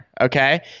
okay